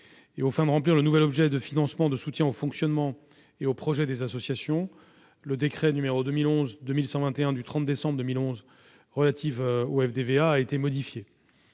Aux fins de remplir le nouvel objet de financement de soutien au fonctionnement et aux projets des associations, le décret n° 2011-2121 du 30 décembre 2011 relatif au FDVA a été modifié.